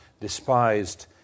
despised